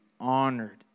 honored